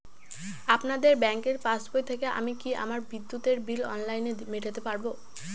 আপনাদের ব্যঙ্কের পাসবই থেকে আমি কি আমার বিদ্যুতের বিল অনলাইনে মেটাতে পারবো?